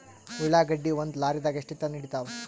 ಉಳ್ಳಾಗಡ್ಡಿ ಒಂದ ಲಾರಿದಾಗ ಎಷ್ಟ ಟನ್ ಹಿಡಿತ್ತಾವ?